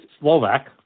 Slovak